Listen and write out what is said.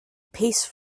piece